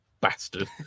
bastard